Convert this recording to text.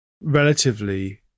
relatively –